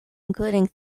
including